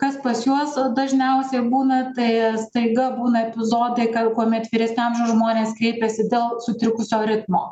kas pas juos dažniausiai būna tai staiga būna epizodai kuomet vyresnio amžiaus žmonės kreipiasi dėl sutrikusio ritmo